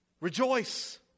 Rejoice